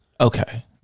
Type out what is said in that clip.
Okay